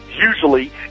usually